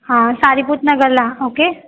हां सारीपुत नगरला ओके